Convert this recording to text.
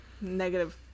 Negative